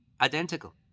identical